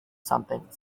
something